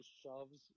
shoves